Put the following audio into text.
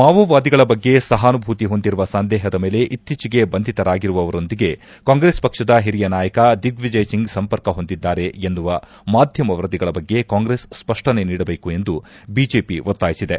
ಮಾವೋವಾದಿಗಳ ಬಗ್ಗೆ ಸಹಾನುಭೂತಿ ಹೊಂದಿರುವ ಸಂದೇಹದ ಮೇಲೆ ಇತ್ತೀಚೆಗೆ ಬಂಧಿತರಾಗಿರುವವರೊಂದಿಗೆ ಕಾಂಗ್ರೆಸ್ ಪಕ್ಷದ ಹಿರಿಯ ನಾಯಕ ದಿಗ್ನಿಜಯ ಸಿಂಗ್ ಸಂಪರ್ಕ ಹೊಂದಿದ್ದಾರೆ ಎನ್ನುವ ಮಾಧ್ಯಮ ವರದಿಗಳ ಬಗ್ಗೆ ಕಾಂಗ್ರೆಸ್ ಸ್ಪಷ್ಷನೆ ನೀಡಬೇಕು ಎಂದು ಬಿಜೆಪಿ ಒತ್ತಾಯಿಸಿದೆ